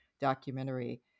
documentary